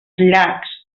llacs